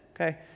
okay